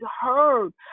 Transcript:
heard